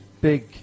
Big